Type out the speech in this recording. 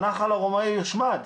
הנחל הרומאי יושמד.